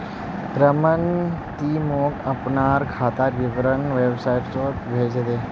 रमन ती मोक अपनार खातार विवरण व्हाट्सएपोत भेजे दे